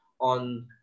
on